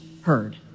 heard